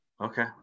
Okay